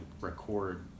record